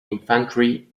infantry